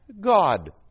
God